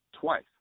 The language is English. twice